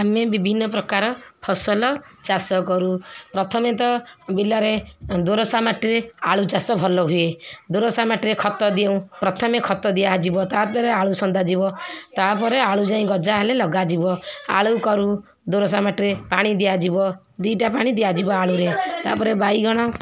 ଆମେ ବିଭିନ୍ନ ପ୍ରକାର ଫସଲ ଚାଷ କରୁ ପ୍ରଥମେ ତ ବିଲରେ ଦୋରସା ମାଟିରେ ଆଳୁ ଚାଷ ଭଲ ହୁଏ ଦୋରସା ମାଟିରେ ଖତ ଦିଅଉଁ ପ୍ରଥମେ ଖତ ଦିଆଯିବ ତାଦ୍ୱାରା ଆଳୁ ସନ୍ଧା ଯିବ ତା'ପରେ ଆଳୁ ଯାଇ ଗଜା ହେଲେ ଲଗାଯିବ ଆଳୁ କରୁ ଦୋରସା ମାଟିରେ ପାଣି ଦିଆଯିବ ଦୁଇଟା ପାଣି ଦିଆଯିବ ଆଳୁରେ ତା'ପରେ ବାଇଗଣ